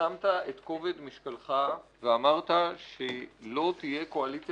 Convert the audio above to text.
שמת את כובד משקלך ואמרת שלא תהיה קואליציה